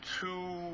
two